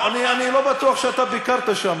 אני לא בטוח שאתה ביקרת שם,